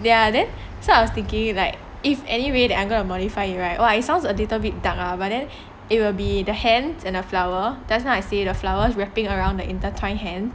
then so I was thinking that if any way I'm going to modify it right !wah! it sounds a little bit dark lah but then it will be the hands and a flower just now I say the flowers wrapping around the intertwine hands